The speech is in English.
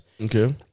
Okay